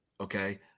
Okay